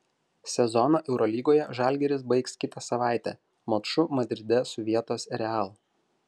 sezoną eurolygoje žalgiris baigs kitą savaitę maču madride su vietos real